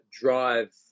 drive